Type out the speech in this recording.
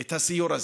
את הסיור הזה.